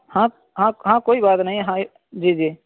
ہاں ہاں ہاں کوئی بات نہیں ہاں یہ جی جی